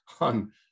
on